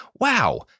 Wow